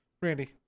Randy